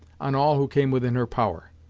on all who came within her power.